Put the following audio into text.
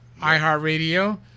iHeartRadio